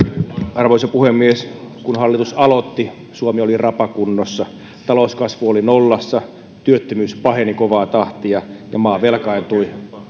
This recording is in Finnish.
arvoisa puhemies kun hallitus aloitti suomi oli rapakunnossa talouskasvu oli nollassa työttömyys paheni kovaa tahtia ja maa velkaantui